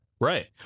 right